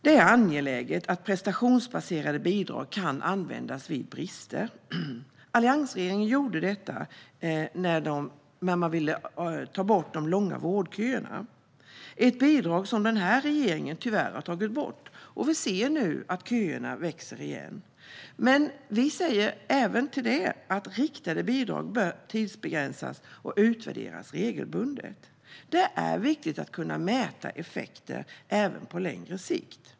Det är angeläget att prestationsbaserade bidrag kan användas vid brister. Alliansregeringen gjorde detta när man ville ta bort de långa vårdköerna. Det är ett bidrag som denna regering tyvärr har tagit bort. Vi ser nu att köerna återigen växer. Vi säger att riktade bidrag bör tidsbegränsas och regelbundet utvärderas. Det är viktigt att kunna mäta effekter även på längre sikt.